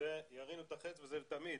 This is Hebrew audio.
זה ירינו את החץ וזה לתמיד,